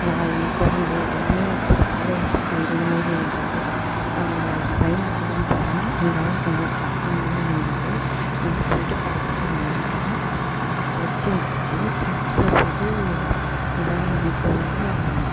நாய் குரங்கு எல்லாமே கூட பாதுகாப்புக்கு இருந்தமாரி இருந்தது நாங்கள் பயந்துட்டுதான் போனோம் இருந்தாலும் கொஞ்சம் கஷ்டமாதான் இருந்துது இருந்தாலும் போய்ட்டு பார்த்துட்டு வந்துவிட்டோம் அங்கே சர்ச்சி இருந்துச்சு சர்ச்சில் போய்ட்டு வேளாங்கண்ணி கோவில்ல